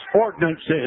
ordinances